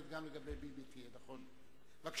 איתן כבל, ואחריו,